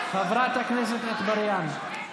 חברת הכנסת אטבריאן,